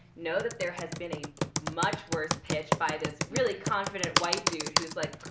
know that there has been a much worse pitch by this really confident white dude who's like,